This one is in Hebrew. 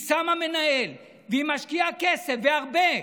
היא שמה מנהל והיא משקיעה כסף, והרבה,